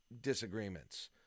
disagreements